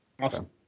Awesome